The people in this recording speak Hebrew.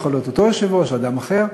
זה יכול להיות אותו יושב-ראש או אדם אחר,